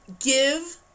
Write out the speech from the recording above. Give